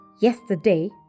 Yesterday